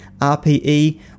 RPE